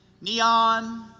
Neon